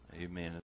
Amen